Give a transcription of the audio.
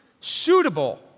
suitable